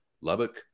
Lubbock